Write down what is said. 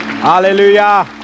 Hallelujah